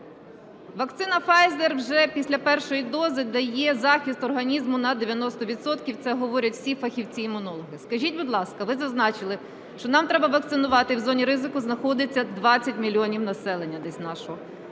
Вакцина Pfizer вже після першої дози дає захист організму на 90 відсотків, це говорять всі фахівці-імунологи. Скажіть, будь ласка, ви зазначили, що нам треба вакцинувати… В зоні ризику знаходиться 20 мільйонів населення десь нашого.